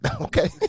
Okay